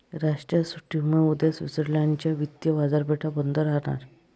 राष्ट्रीय सुट्टीमुळे उद्या स्वित्झर्लंड च्या वित्तीय बाजारपेठा बंद राहणार